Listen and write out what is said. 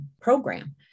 program